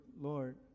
Lord